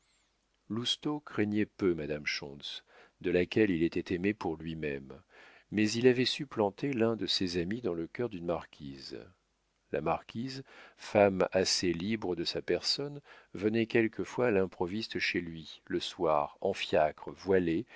lousteau craignait peu madame schontz de laquelle il était aimé pour lui-même mais il avait supplanté l'un de ses amis dans le cœur d'une marquise la marquise femme assez libre de sa personne venait quelquefois à l'improviste chez lui le soir en fiacre voilée